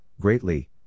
greatly